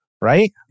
right